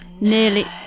Nearly